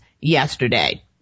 yesterday